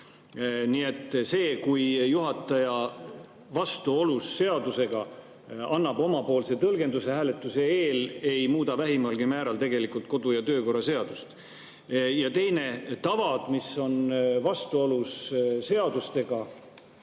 Nii et see, kui juhataja vastuolus seadusega annab omapoolse tõlgenduse hääletuse eel, ei muuda vähimalgi määral tegelikult kodu‑ ja töökorra seadust. Ja teine, tavad, mis on vastuolus seadustega,